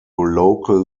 local